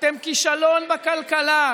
אתם כישלון בכלכלה.